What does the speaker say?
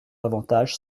davantage